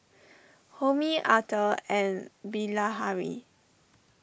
Homi Atal and Bilahari